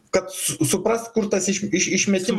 kad su suprast kur tas iš iš išmetimas